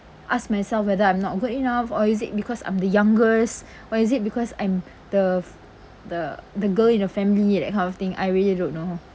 ask myself whether I'm not good enough or is it because I'm the youngest or is it because I'm the the the girl in a family that kind of thing I really don't know